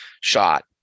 shot